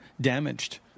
damaged